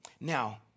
Now